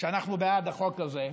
שאנחנו בעד החוק הזה.